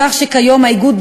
כך שכיום האיגוד,